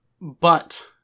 but-